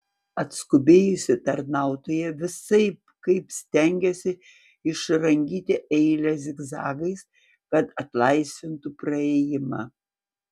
atskubėjusi tarnautoja visaip kaip stengėsi išrangyti eilę zigzagais kad atlaisvintų praėjimą